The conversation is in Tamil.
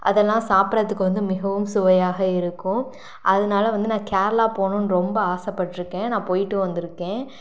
அதெல்லாம் சாப்பிட்றதுக்கு வந்து மிகவும் சுவையாக இருக்கும் அதனால் வந்து நான் கேரளா போகணுன்னு ரொம்ப ஆசைப்பட்ருக்கேன் நான் போய்விட்டும் வந்துருக்கேன்